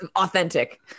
Authentic